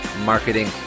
marketing